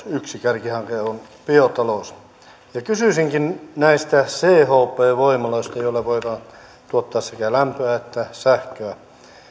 yksi kärkihanke on biotalous kysyisinkin näistä chp voimaloista joilla voidaan tuottaa sekä lämpöä että sähköä